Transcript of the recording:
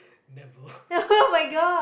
never